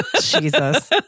Jesus